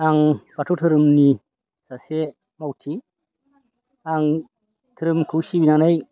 आं बाथौ धोरोमनि सासे मावथि आं धोरोमखौ सिबिनानै